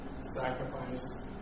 sacrifice